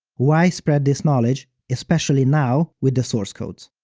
why spread this knowledge, especially now, with the source codes?